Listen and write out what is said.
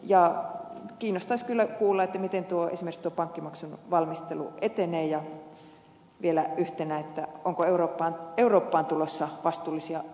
ja kiinnostaisi kyllä kuulla miten esimerkiksi tuo pankkimaksun valmistelu etenee ja vielä yhtenä että onko eurooppaan tulossa vastuullisia luottoluokituslaitoksia